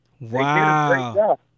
Wow